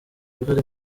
uruhare